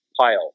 pile